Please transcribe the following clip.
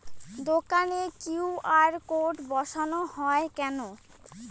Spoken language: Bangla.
দোকানে কিউ.আর কোড বসানো হয় কেন?